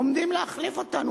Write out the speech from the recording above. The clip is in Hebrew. עומדים להחליף אותנו.